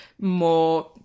more